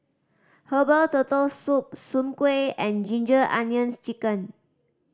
herbal Turtle Soup soon kway and Ginger Onions Chicken